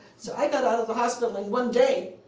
so i got out of the hospital in one day,